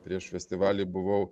prieš festivalį buvau